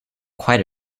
quite